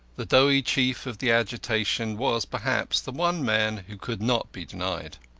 the doughty chief of the agitation was, perhaps, the one man who could not be denied.